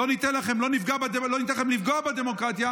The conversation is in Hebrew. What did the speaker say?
לא ניתן לכם לפגוע בדמוקרטיה.